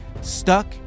Stuck